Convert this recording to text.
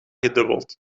gedubbeld